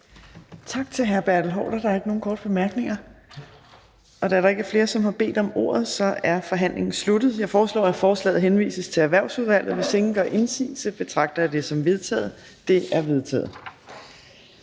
Tak til hr. Bertel Haarder. Der er ikke nogen korte bemærkninger. Da der ikke er flere, som har bedt om ordet, er forhandlingen sluttet. Jeg foreslår, at forslaget henvises til Erhvervsudvalget. Hvis ingen gør indsigelse, betragter jeg det som vedtaget. Det er vedtaget.